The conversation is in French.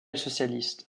socialiste